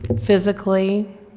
physically